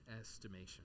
estimation